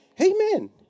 Amen